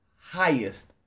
highest